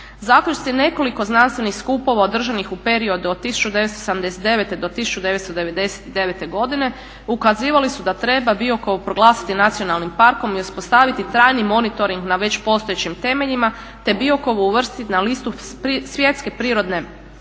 Zaključci nekoliko znanstvenih skupova održanih u periodu od 1979. do 1999. godine ukazivali su da treba Biokovo proglasiti nacionalnim parkom i uspostaviti trajni monitoring na već postojećim temeljima te Biokovo uvrstiti na listu svjetske prirodne baštine.